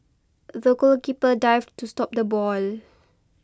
the goalkeeper dived to stop the ball